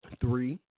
three